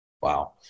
Wow